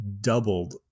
doubled